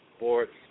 Sports